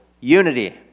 unity